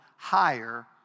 Higher